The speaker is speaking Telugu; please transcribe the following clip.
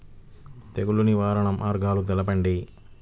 తెగులు నివారణ మార్గాలు తెలపండి?